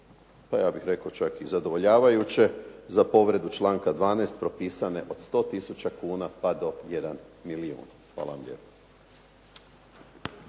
pa ja bih rekao, čak i zadovoljavajuće, za povredu članka 12. propisane od 100 tisuća kuna pa do jedan milijun. Hvala vam lijepo.